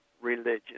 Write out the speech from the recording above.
religion